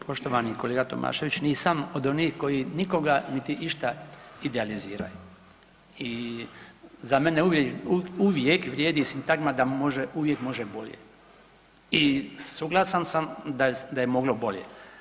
Poštovani kolega Tomašević, nisam od onih koji nikoga niti išta idealiziraju i za mene uvijek vrijedi sintagma da može uvijek može bolje i suglasan sam da je moglo bolje.